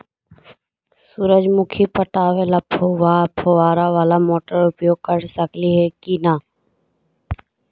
सुरजमुखी पटावे ल फुबारा बाला मोटर उपयोग कर सकली हे की न?